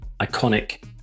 iconic